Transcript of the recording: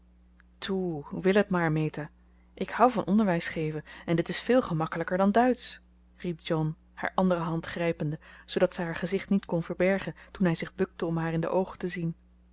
wil het maar meta ik houd van onderwijs geven en dit is veel gemakkelijker dan duitsch riep john haar andere hand grijpende zoodat zij haar gezicht niet kon verbergen toen hij zich bukte om haar in de oogen te zien